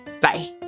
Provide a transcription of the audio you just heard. Bye